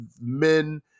men